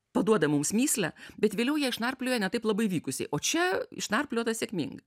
paduoda mums mįslę bet vėliau jie išnarplioja ne taip labai vykusiai o čia išnarpliota sėkmingai